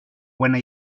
buena